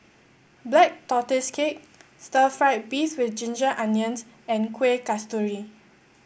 Black Tortoise Cake Stir Fried Beef with Ginger Onions and Kuih Kasturi